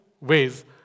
ways